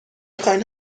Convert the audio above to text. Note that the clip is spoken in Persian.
خواین